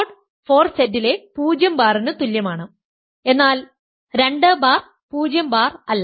അത് Z mode 4 Zലെ 0 ബാറിന് തുല്യമാണ് എന്നാൽ 2 ബാർ 0 ബാർ അല്ല